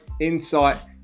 insight